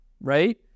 right